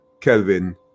Kelvin